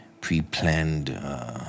pre-planned